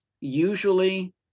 usually